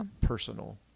personal